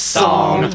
song